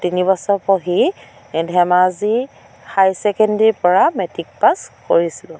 তিনি বছৰ পঢ়ি ধেমাজি হায়াৰ চেকেণ্ডেৰীৰ পৰা মেট্ৰিক পাছ কৰিছিলোঁ